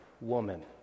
woman